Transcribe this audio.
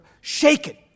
shaken